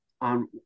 on